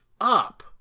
up